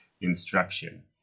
instruction